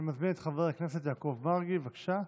אני מזמין את חבר הכנסת יעקב מרגי, בבקשה.